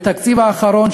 בתקציב האחרון,